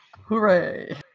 Hooray